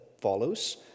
follows